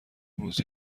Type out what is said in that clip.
امروز